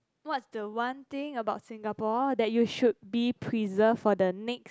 what's the one thing about Singapore that you should be preserved for the next